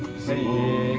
see